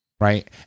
right